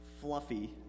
fluffy